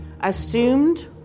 assumed